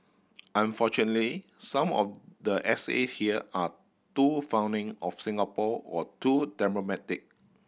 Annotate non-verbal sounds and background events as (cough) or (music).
unfortunately some of the essay here are too fawning of Singapore or too (unintelligible)